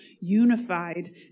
unified